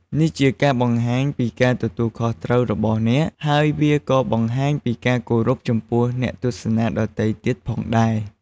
នេះជាការបង្ហាញពីការទទួលខុសត្រូវរបស់អ្នក ហើយវាក៏បង្ហាញពីការគោរពចំពោះអ្នកទស្សនាដទៃទៀតផងដែរ។